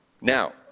Now